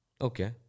Okay